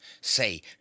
say